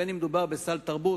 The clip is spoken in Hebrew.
בין שמדובר בסל תרבות,